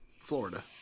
Florida